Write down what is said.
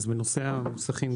בנושא המוסכים,